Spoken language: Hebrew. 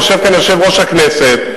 יושב כאן יושב-ראש הכנסת,